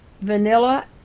vanilla